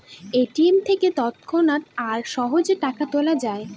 ATM থেকে তৎক্ষণাৎ আর সহজে টাকা তোলা যায়